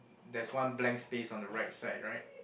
there's one blank space on the right side right